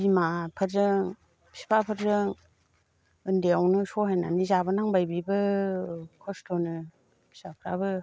बिमाफोरजों बिफाफोरजों उन्दैयावनो सहायनानो जाबोनांबाय बिबो खस्थ'नो फिसाफ्राबो